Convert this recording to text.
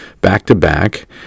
back-to-back